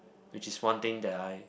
which is one thing that I